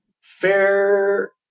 fair